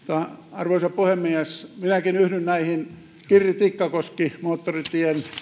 arvoisa puhemies minäkin yhdyn näihin kirri tikkakoski moottoritien